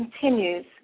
continues